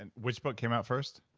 and which book came out first?